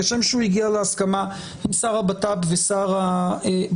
כשם שהוא הגיע להסכמה עם שר הבט"פ ועם שר הביטחון,